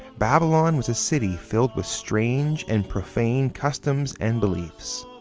babylon was a city filled with strange and profane customs and beliefs.